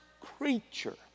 creature